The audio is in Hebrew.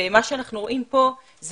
מה שאנחנו רואים כאן זה